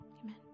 Amen